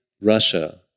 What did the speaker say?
Russia